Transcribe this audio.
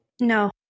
No